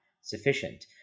sufficient